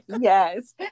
yes